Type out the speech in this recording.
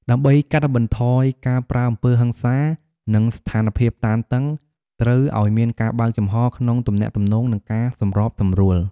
ដើម្បីកាត់បន្ថយការប្រើអំពើហិង្សា និងស្ថានភាពតានតឹង ត្រូវឲ្យមានការបើកចំហក្នុងទំនាក់ទំនង និងការសម្របសម្រួល។